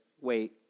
wait